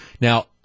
Now